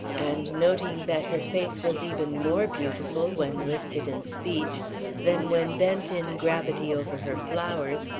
and noting that her face was even more beautiful when lifted in speech than when bent in gravity over her flowers,